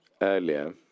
earlier